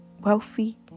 wealthy